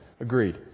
Agreed